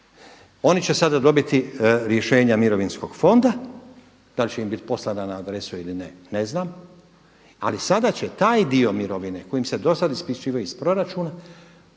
Oni će sada dobiti rješenja Mirovinskog fonda, da li će im bit poslana na adresu ili ne, ne znam ali sada će taj dio mirovine kojim se do sad isplaćivao iz proračuna